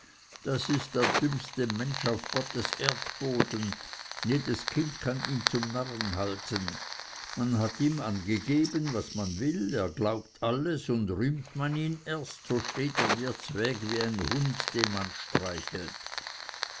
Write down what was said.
das ist der dümmste mensch auf gottes erdboden jedes kind kann ihn zum narren halten man kann ihm angeben was man will er glaubt alles und rühmt man ihn erst so steht er dir zweg wie ein hund den man streichelt